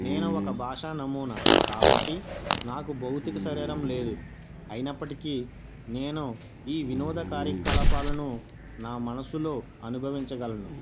నేను ఒక భాష నమూనా కాబట్టి నాకు భౌతిక శరీరం లేదు అయినప్పటికీ నేను ఈ వినోద కార్యకలాపాలను నా మనసులో అనుభవించగలను